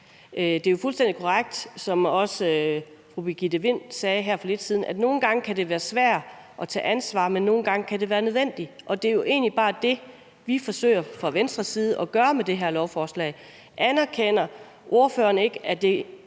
Det er jo fuldstændig korrekt, som også fru Birgitte Vind sagde her for lidt siden, at det kan være svært at tage ansvar, men nogle gange kan det være nødvendigt. Og det er jo egentlig bare det, vi fra Venstres side forsøger at gøre med det her lovforslag. Anerkender ordføreren ikke, at det